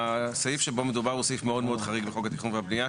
הסעיף שבו מדובר הוא סעיף מאוד מאוד חריג בחוק התכנון והבנייה,